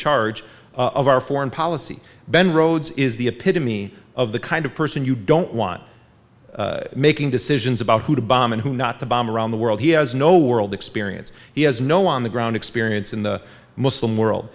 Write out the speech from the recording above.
charge of our foreign policy ben rhodes is the epitome of the kind of person you don't want making decisions about who to bomb and who not to bomb around the world he has no world experience he has no on the ground experience in the muslim